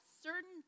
certain